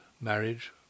marriage